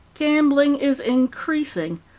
gambling is increasing,